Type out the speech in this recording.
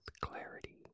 Clarity